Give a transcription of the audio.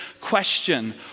question